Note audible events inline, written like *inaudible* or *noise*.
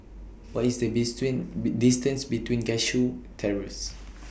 What IS The *unintelligible* distance to Cashew Terrace